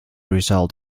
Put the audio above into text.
result